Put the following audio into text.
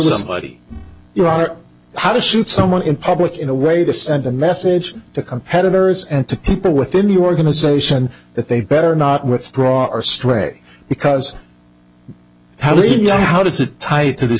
somebody you are how to shoot someone in public in a way to send a message to competitors and to people within your organization that they better not withdraw or stray because how does it how does it tie to this